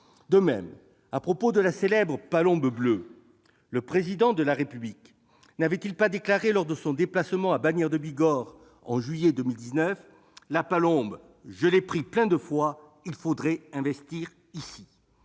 De même, à propos de la célèbre Palombe bleue, le Président de la République n'avait-il pas déclaré, lors de son déplacement à Bagnères-de-Bigorre en juillet 2019 :« La Palombe, je l'ai prise plein de fois ! Il faudrait investir ici.